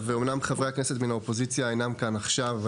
אמנם חברי הכנסת מן האופוזיציה אינם כאן עכשיו,